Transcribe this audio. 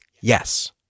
Yes